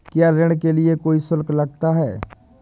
क्या ऋण के लिए कोई शुल्क लगता है?